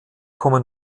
kommen